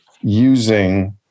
using